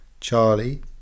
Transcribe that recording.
Charlie